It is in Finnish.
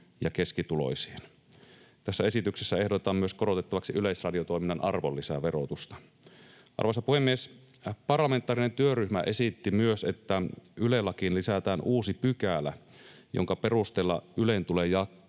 ja keskituloisiin. Tässä esityksessä ehdotetaan myös korotettavaksi yleisradiotoiminnan arvonlisäverotusta. Arvoisa puhemies! Parlamentaarinen työryhmä esitti myös, että Yle-lakiin lisätään uusi pykälä, jonka perusteella Ylen tulee jatkossa